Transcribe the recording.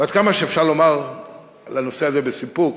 עד כמה שאפשר לומר על הנושא הזה "בסיפוק",